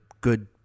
good